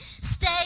Stay